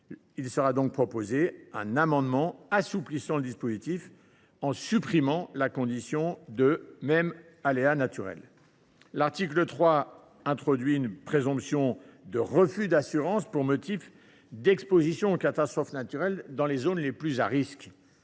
a donc été adopté en commission pour assouplir le dispositif, en supprimant la condition du « même aléa naturel ». L’article 3 introduit une présomption de refus d’assurance pour le motif d’une exposition aux catastrophes naturelles dans les zones les plus à risque.